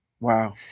Wow